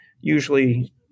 usually